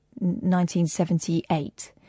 1978